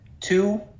Two